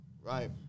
Right